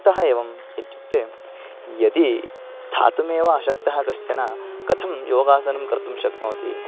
कुतः एवम् इत्युक्ते यदि स्थातुमेव अशक्तः कश्चन कथं योगासनं कर्तुं शक्नोति